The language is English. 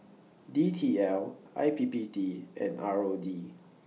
D T L I P P T and R O D